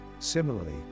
similarly